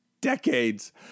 decades